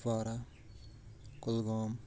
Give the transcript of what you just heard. Kupwara Kulgam